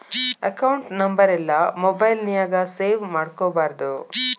account ನಂಬರೆಲ್ಲಾ mobile ನ್ಯಾಗ save ಮಾಡ್ಕೊಬಾರ್ದು